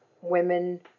women